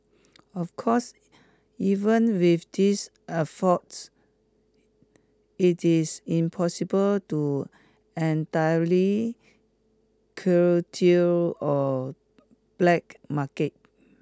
of course even with these it is impossible to entirely curtail a black market